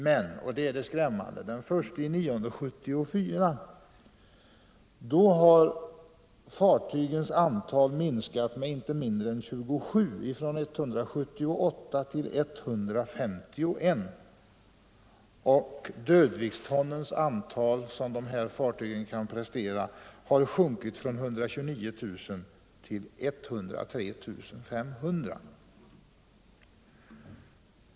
Det skrämmande är emellertid att den 1 september 1974 har fartygens antal minskat med inte mindre än 27, från 178 till 151, och antalet dödviktston som fartygen kan prestera har sjunkit från 129 000 till 103 500.